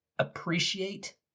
appreciate